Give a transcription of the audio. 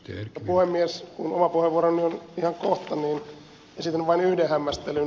kun oma puheenvuoroni on ihan kohta esitän vain yhden hämmästelyn